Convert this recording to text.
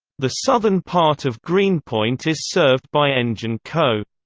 the southern part of greenpoint is served by engine co.